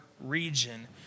region